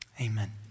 amen